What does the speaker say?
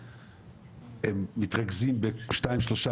רוב האנשים הם מתרכזים בשניים שלושה